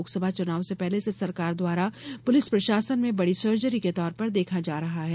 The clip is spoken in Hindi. लोकसभा चुनाव से पहले इसे सरकार द्वारा पुलिस प्रशासन में बड़ी सर्जरी के तौर पर देखा जा रहा है